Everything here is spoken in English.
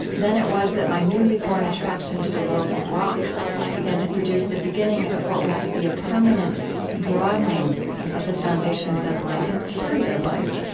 then it was that my newly born attraction to the world of rocks began to produce the beginning of what was to be a permanent broadening of the foundations of my interior life.